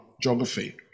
geography